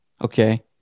Okay